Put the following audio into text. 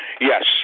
yes